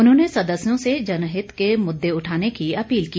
उन्होंने सदस्यों से जनहित के मुद्दे उठाने की अपील की